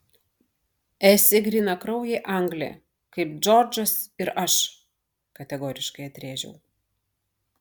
esi grynakraujė anglė kaip džordžas ir aš kategoriškai atrėžiau